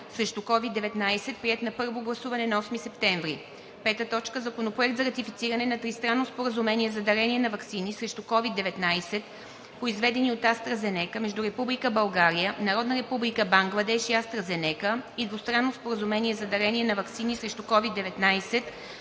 2021 г., Комисията по здравеопазването разгледа и обсъди Законопроект за ратифициране на Тристранно споразумение за дарение на ваксини срещу COVID-19, произведени от АстраЗенека, между Република България, Народна република Бангладеш и АстраЗенека и Двустранно споразумение за дарение на ваксини срещу COVID-19,